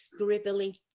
scribbly